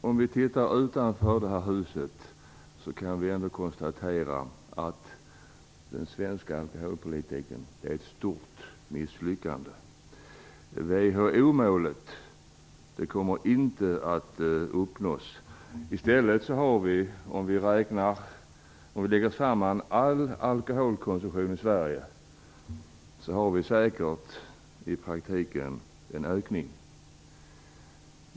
Om vi ser oss om utanför det här huset kan vi konstatera att den svenska alkoholpolitiken är ett stort misslyckande. WHO-målet kommer inte att uppnås. Om vi lägger samman all alkoholkonsumtion i Sverige visar den i stället säkert i praktiken en ökning.